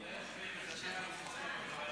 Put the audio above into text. חבר הכנסת מוסי רז,